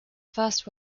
first